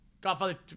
Godfather